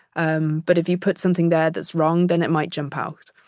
um but if you put something there that's wrong, then it might jump out.